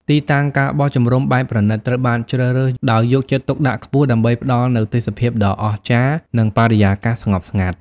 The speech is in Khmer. ទីតាំង ការបោះជំរំបែបប្រណីត ត្រូវបានជ្រើសរើសដោយយកចិត្តទុកដាក់ខ្ពស់ ដើម្បីផ្តល់នូវទេសភាពដ៏អស្ចារ្យ និងបរិយាកាសស្ងប់ស្ងាត់។